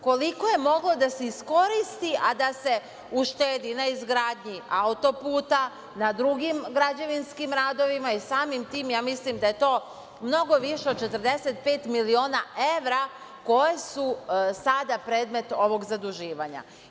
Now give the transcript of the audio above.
Koliko je moglo da se iskoristi, a da se uštedi na izgradnji auto-puta na drugim građevinskim radovima i samim tim mislim da je to mnogo više od 45 miliona evra, koje su sada predmet ovog zaduživanja?